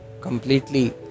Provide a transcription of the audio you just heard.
completely